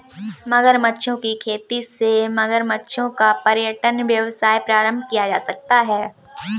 मगरमच्छों की खेती से मगरमच्छों का पर्यटन व्यवसाय प्रारंभ किया जा सकता है